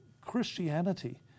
Christianity